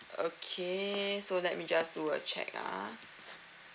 okay so let me just do a check ah